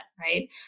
right